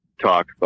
talk